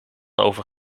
over